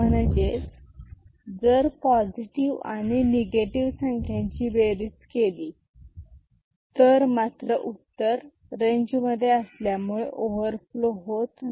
म्हणजेच जर पॉझिटिव्ह आणि निगेटिव्ह संख्यांची बेरीज केली तर मात्र उत्तर रेंजमध्ये असल्यामुळे ओव्हरफ्लो होत नाही